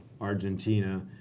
Argentina